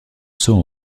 saut